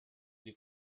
des